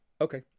Okay